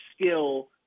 skill